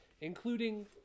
including